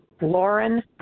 Lauren